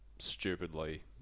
Stupidly